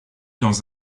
dans